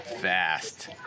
fast